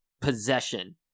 possession